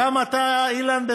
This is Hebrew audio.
גם אתה, אילן.